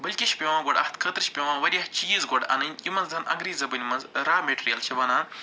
بٔلکہِ چھِ پٮ۪وان گۄڈٕ اَتھ خٲطرٕ چھِ پٮ۪وان واریاہ چیٖز گۄڈٕ اَنٕنۍ یِمَن زَنہٕ انٛگریٖز زبٲنۍ منٛز را میٚٹرِیَل چھِ وَنان